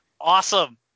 awesome